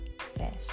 fish